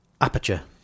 Aperture